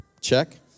check